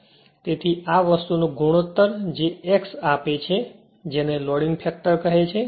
તેથી આ વસ્તુનો ગુણોત્તર જે x આપે છે જેને લોડિંગ ફેક્ટર કહે છે